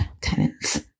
tenants